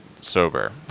sober